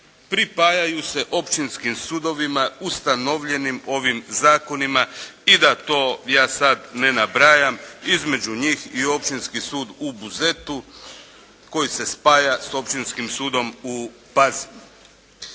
pripajaju se općinskim sudovima ustanovljenim ovim zakonima. I da to ja sad ne nabrajam. Između njih i Općinski sud u Buzetu koji se spaja s Općinskom sudom u Pazinu,